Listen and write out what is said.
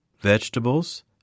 vegetables